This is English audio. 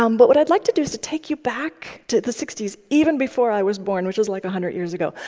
um but what i'd like to do is to take you back to the sixty s, even before i was born, which was, like, one hundred years ago.